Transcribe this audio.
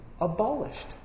abolished